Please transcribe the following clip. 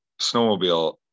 snowmobile